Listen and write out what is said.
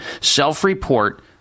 self-report